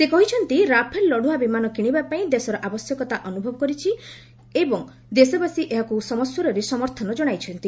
ସେ କହିଛନ୍ତି ରାଫେଲ୍ ଲଢୁଆ ବିମାନ କିଣିବାପାଇଁ ଦେଶର ଆବଶ୍ୟକତା ଅନୁଭବ କରିଛି ଏବଂ ଦେଶବାସୀ ଏହାକୁ ସମସ୍ୱରରେ ସମର୍ଥନ ଜଣାଇଛନ୍ତି